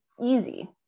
easy